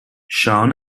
sean